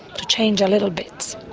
to change a little bit.